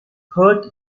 hearth